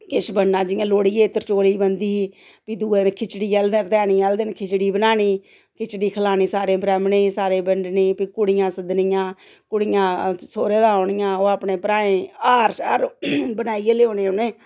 किश बनना जियां लोह्ड़ियै च त्रचौली बनदी ही फ्ही दुए दिन खिचड़ी आहले दिन खिचड़ी बनानी खिचड़ी खलानी सारें गी ब्रैह्मनें गी सारें गी बंडनी फ्ही कुड़ियां सद्दनियां कुड़ियां सौह्रें दा औनियां ओह् अपने भ्राएं गी हार शार बनाइयै लेई औने उ'नें